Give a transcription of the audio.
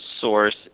Source